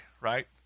right